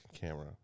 camera